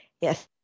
Yes